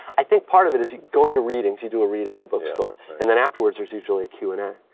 i think part of it is going to readings, you do a reading at a book sort of and then afterwards there's usually a q and a